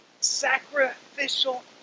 sacrificial